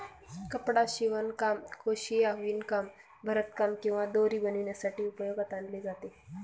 कपडा शिवणकाम, क्रोशिया, विणकाम, भरतकाम किंवा दोरी बनवण्यासाठी उपयोगात आणले जाते